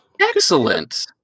Excellent